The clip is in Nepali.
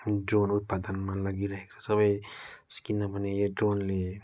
ड्रोन उत्पादनमा लागिरहेको छ सबै किनभने यो ड्रोनले